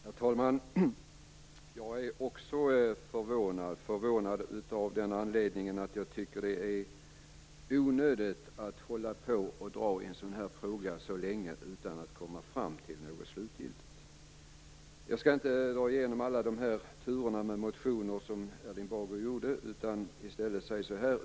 Herr talman! Jag är också förvånad, av den anledningen att jag tycker att det är onödigt att hålla på och dra i en sådan här fråga så länge utan att komma fram till något slutgiltigt. Erling Bager har ju redan dragit igenom alla de turer som förekommit med motioner.